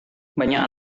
banyak